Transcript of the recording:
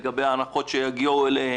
לגבי הנחות שיגיעו אליהם,